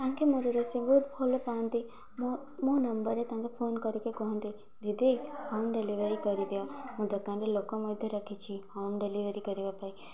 ତାଙ୍କେ ମୋର ରୋଷେଇ ବହୁତ ଭଲପାଆନ୍ତି ମୋ ମୋ ନମ୍ବରରେ ତାଙ୍କେ ଫୋନ୍ କରିକି କୁହନ୍ତି ଦିଦି ହୋମ୍ ଡେଲିଭରି କରିଦିଅ ମୁଁ ଦୋକାନରେ ଲୋକ ମଧ୍ୟ ରଖିଛି ହୋମ୍ ଡେଲିଭରି କରିବା ପାଇଁ